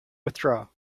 withdraw